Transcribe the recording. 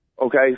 okay